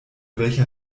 welcher